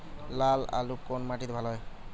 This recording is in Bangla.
লাল আলু কোন মাটিতে ভালো হয়?